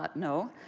but no.